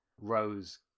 Rose